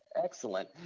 excellent,